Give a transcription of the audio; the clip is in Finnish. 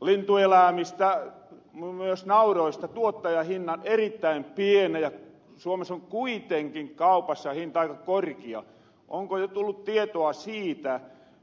olin sioosta lintueläämistä myös nauroista tuottajahinnan erittäin pienen ja suomessa on kuitenkin kaupassa hinta aika korkia onko jo tullut tietoa siitä